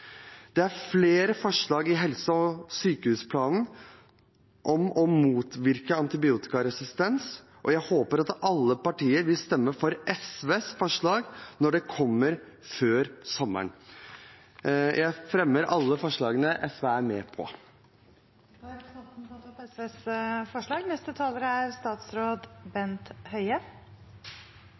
Det er flere forslag i helse- og sykehusplanen om å motvirke antibiotikaresistens, og jeg håper at alle partier vil stemme for SVs forslag når det kommer før sommeren. Den årlige stortingsmeldingen om kvalitet og pasientsikkerhet er et viktig bidrag i arbeidet med å gi pasienter og brukere trygge tjenester og god kvalitet. Jeg er